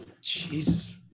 Jesus